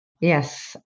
Yes